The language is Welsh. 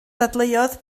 dadleuodd